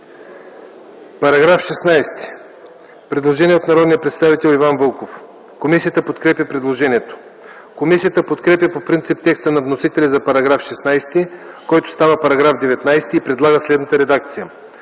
По § 16 има предложение от народния представител Иван Вълков. Комисията подкрепя предложението. Комисията подкрепя по принцип текста на вносителя за § 16, който става § 19, и предлага следната редакция: